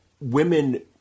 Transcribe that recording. women